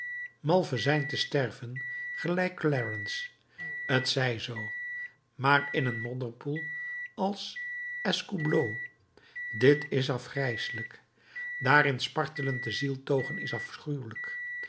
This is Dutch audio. vat malvesijn te sterven gelijk clarence t zij zoo maar in een modderpoel als d'escoubleau dit is afgrijselijk daarin spartelend te zieltogen is afschuwelijk